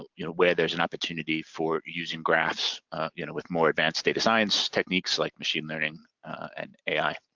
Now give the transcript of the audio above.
ah you know where there's an opportunity for using graphs you know with more advanced data science techniques like machine learning and ai.